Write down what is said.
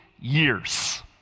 years